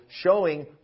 showing